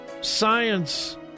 science